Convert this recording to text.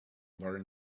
learned